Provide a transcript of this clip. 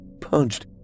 punched